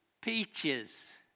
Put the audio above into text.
peaches